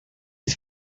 his